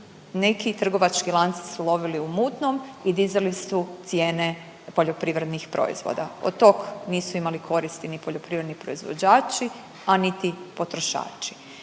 neki trgovački lanci su lovili u mutnom i dizali su cijene poljoprivrednih proizvoda, od tog nisu imali koristi ni poljoprivredni proizvođači, a niti potrošači.